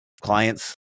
clients